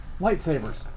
Lightsabers